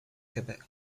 quebec